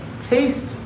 taste